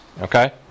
okay